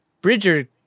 Bridger